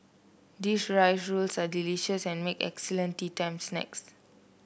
these rice rolls are delicious and make excellent teatime snacks